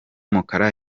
umukara